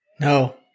No